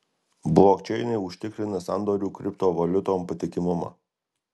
blokčeinai užtikrina sandorių kriptovaliutom patikimumą